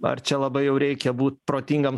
ar čia labai jau reikia būti protingam